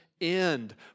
end